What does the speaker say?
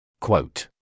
Quote